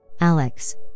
alex